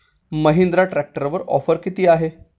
महिंद्रा ट्रॅक्टरवर ऑफर किती आहे?